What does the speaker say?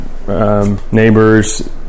neighbors